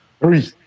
Three